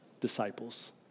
disciples